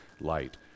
light